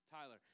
Tyler